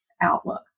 outlook